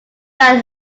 that